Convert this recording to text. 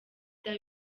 bya